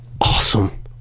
Awesome